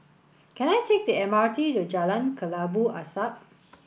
can I take the M R T to Jalan Kelabu Asap